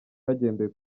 hagendewe